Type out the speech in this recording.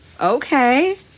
Okay